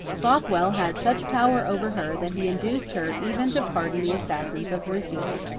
bothwell had such power over her that he induced her even to pardon the assassins of rizzio.